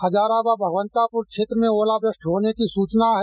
हजारा व भगवंतापुर क्षेत्र में ओलावृष्टि होने की सूचना है